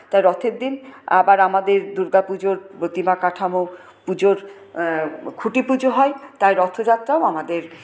তা রথের দিন আবার আমাদের দুর্গাপুজোর প্রতিমা কাঠামো পুজোর খুঁটিপুজো হয় তাই রথযাত্রাও আমাদের